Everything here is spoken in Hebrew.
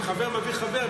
על שחבר מביא חבר,